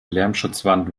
lärmschutzwand